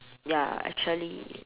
ya actually